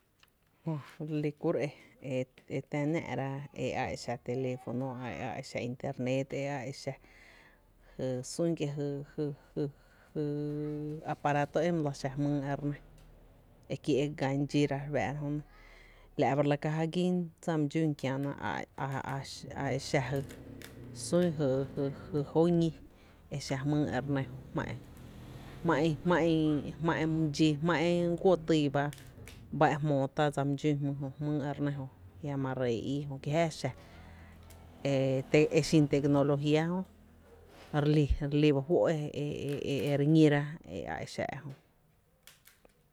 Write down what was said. Jö re lí kuró’ e tⱥ náá’ ra e a exⱥ teléfono, e a e xⱥ internet e a exa jy sún kie’ jy jy jy jy aparato e my lɇ xⱥ jmýý e re nɇ e kiee’ gán dxíra re fⱥⱥ’ra jöne la’ ba re lɇⱥ ka ja gín dsa my dxún kiⱥna a a e xa jy sý jy jy jóoó ñí e xa jmýý e re nɇ jö, jmá’n jmá’n my dxí jmá’n my guo my tyy ba e jmoo ta jmý jö jö re nɇ jö jiⱥ ma ree íí ki jaáä xa e xin tecnología jö re li reli ba fó’ e, e e re ñíra e a e xⱥ ejö.